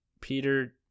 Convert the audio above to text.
Peter